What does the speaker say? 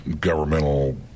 governmental